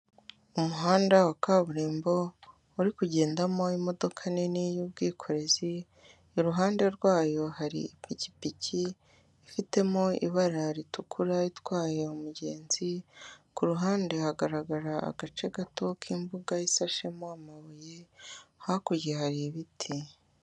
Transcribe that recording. Umuhanda wa kaburimbo uri kugendamo imodoka nini y'ubwikorezi, iruhande rwayo hari ipikipiki ifitemo ibara ritukura itwaye umugenzi kuruhande hagaragarara agace gato k'imbuga isashemo amabuye, hakurya hari ibiti.